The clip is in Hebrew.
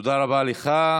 תודה רבה לך.